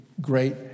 great